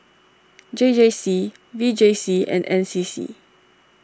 J J C V J C and N C C